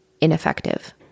ineffective